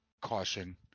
Caution